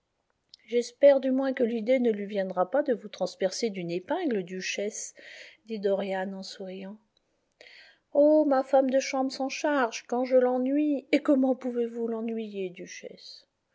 j'espère du moins que l'idée ne lui viendra pas de vous transpercer d'une épingle duchesse dit dorian en souriant oh ma femme de chambre s'en charge quand je l'ennuie et comment pouvez-vous l'ennuyer duchesse